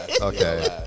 Okay